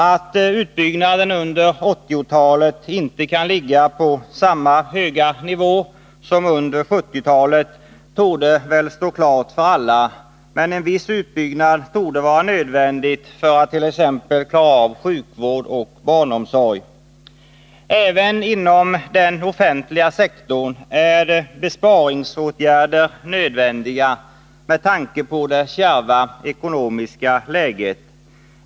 Att utbyggnaden under 1980-talet inte kan ligga på samma höga nivå som under 1970-talet torde stå klart för alla, men en viss utbyggnad är nödvändig för att klara av t.ex. sjukvård och barnomsorg. Även inom den offentliga sektorn är besparingsåtgärder nödvändiga med tanke på det kärva ekonomiska läget.